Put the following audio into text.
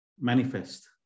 manifest